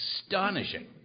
astonishing